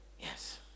yes